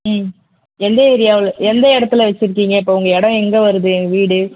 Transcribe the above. ம் எந்த ஏரியாவில் எந்த இடத்துல வச்சுருக்கீங்க இப்போ உங்கள் இடம் எங்கள் வருது என் வீடு